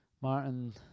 martin